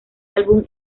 álbum